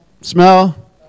Smell